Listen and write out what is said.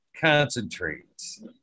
concentrates